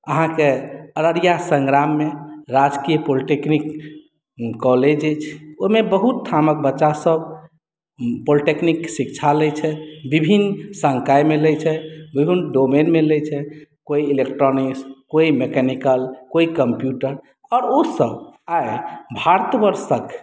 अहाँके अररिया सङ्ग्राममे राजकीय पॉलिटेक्निक कॉलेज अछि ओहिमे बहुत ठामक बच्चासभ पॉलिटेक्निक शिक्षा लैत छथि विभिन्न सङ्कायमे लैत छथि विभिन्न डोमेनमे लैत छथि कोइ इलेक्ट्रोनिक्स कोइ मैकिनिकल कोइ कम्प्यूटर आओर ओसभ आइ भारत वर्षक